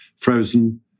frozen